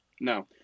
No